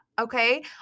Okay